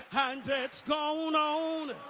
and it's gone on.